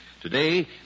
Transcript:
Today